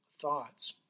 thoughts